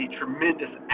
tremendous